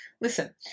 listen